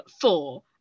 four